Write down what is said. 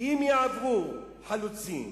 אם יעברו חלוצים